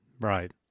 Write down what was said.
right